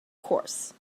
course